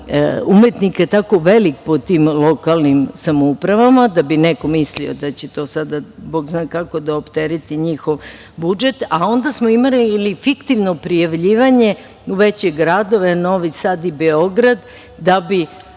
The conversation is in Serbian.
umetnika tako veliki, po tim lokalnim samoupravama, da bi neko mislio da će to sada, bog zna kako da optereti njihov budžet, a onda smo imali i fiktivno prijavljivanje, većih gradova Novi Sad i Beograd, da bi,